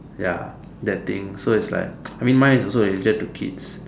ya that thing so it's like I mean mine is also related to kids